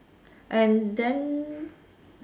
and then